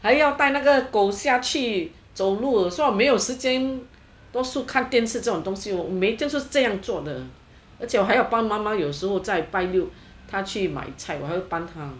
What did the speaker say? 还要带那个狗下去走路所以没有时间多数看电视这种东西我每天都是这样做的而且我还要帮妈妈有时候在百六她去买菜我还要帮她